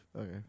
Okay